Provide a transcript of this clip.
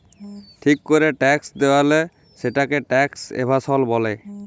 ঠিক ক্যরে ট্যাক্স দেয়লা, সেটকে ট্যাক্স এভাসল ব্যলে